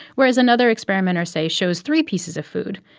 whereas another experimenter, say, shows three pieces of food,